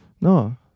No